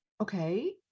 Okay